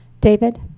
David